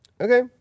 Okay